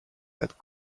that